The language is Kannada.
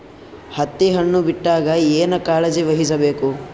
ಹತ್ತಿ ಹಣ್ಣು ಬಿಟ್ಟಾಗ ಏನ ಕಾಳಜಿ ವಹಿಸ ಬೇಕು?